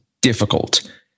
difficult